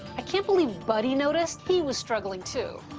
i can't believe buddy noticed. he was struggling too.